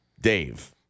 dave